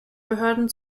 behörden